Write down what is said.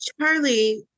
Charlie